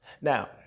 Now